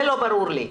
זה לא ברור לי.